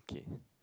okay